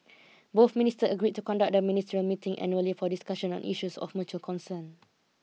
both ministers agreed to conduct the ministerial meeting annually for discussions on issues of mutual concern